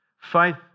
Faith